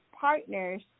partners